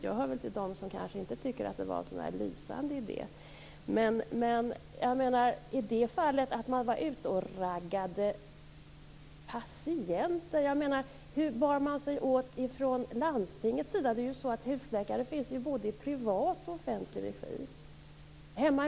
Jag hör till dem som tycker att det kanske inte var någon särskilt lysande idé. Stig Sandström sade att privatläkarna var ute och raggade patienter. Men hur bar man sig åt från landstingets sida? Husläkare finns ju i både privat och offentlig regi.